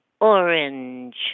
orange